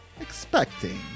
expecting